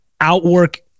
outwork